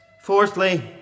Fourthly